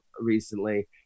recently